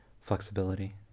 flexibility